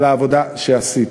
על העבודה שעשית.